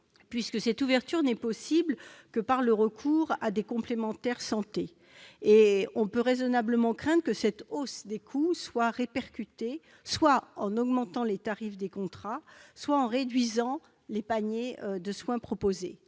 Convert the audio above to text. tarifaire. Cette ouverture n'étant possible que par le recours à des complémentaires santé, on peut raisonnablement craindre que cette hausse des coûts ne soit répercutée, soit l'augmentation des tarifs des contrats, soit la réduction des paniers de soins proposés.